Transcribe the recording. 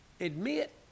admit